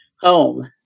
home